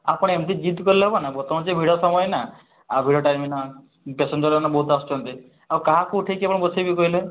ଆପଣ ଏମିତି ଜିଦ କଲେ ହେବ ନା ବର୍ତ୍ତମାନ ସେ ଭିଡ଼ ସମୟ ନା ଆଉ ଭିଡ଼ ଟାଇମ୍ ଏଇନା ପାସଞ୍ଜର ଏଇନା ବହୁତ ଆସୁଛନ୍ତି ଆଉ କାହାକୁ ଉଠେଇ ଆପଣଙ୍କୁ ବସେଇବି କହିଲେ